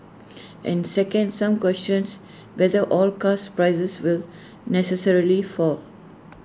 and second some questions whether all cars prices will necessarily fall